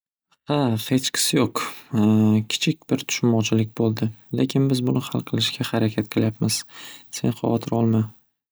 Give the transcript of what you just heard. Xa hechqisi yoq kichik bir tushunmovchilik bo'ldi lekin buni hal qilishga harakat qilyapmiz sen havotir olma.